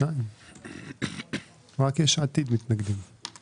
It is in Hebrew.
אין ההצעה לבחור את חבר הכנסת גפני ליושב-ראש הוועדה הזמנית